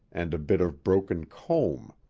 and a bit of broken comb.